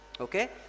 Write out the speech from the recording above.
okay